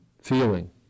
feeling